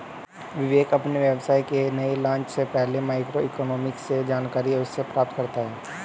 विवेक अपने व्यवसाय के नए लॉन्च से पहले माइक्रो इकोनॉमिक्स से जानकारी अवश्य प्राप्त करता है